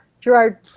Gerard